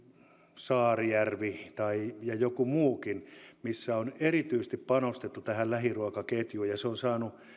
saarijärvi ja joku muukin missä on erityisesti panostettu lähiruokaketjuun niin se on saanut